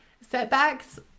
Setbacks